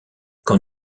quand